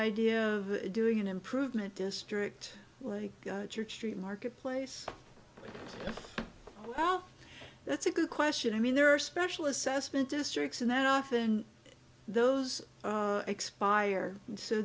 idea of doing an improvement district like church street marketplace well that's a good question i mean there are special assessment districts and then often those expire